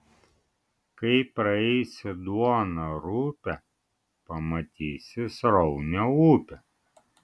kai praeisi duoną rupią pamatysi sraunią upę